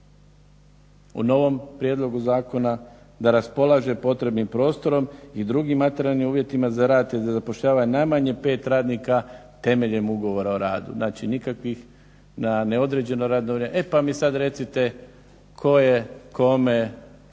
O novom prijedlogu zakona da raspolože potrebnim prostorom i drugim materijalnim uvjetima za rad, te da zapošljava najmanje 5 radnika temeljem Ugovora o radi. Znači nikakvih na neodređeno radno vrijeme, e pa mi sad recite ko je kome